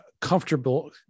comfortable